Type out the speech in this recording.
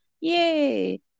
yay